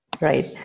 Right